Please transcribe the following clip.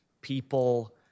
people